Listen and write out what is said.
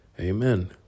Amen